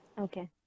okay